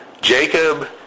Jacob